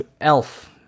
elf